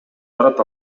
барат